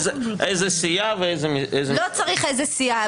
איזה סיעה --- לא צריך איזה סיעה.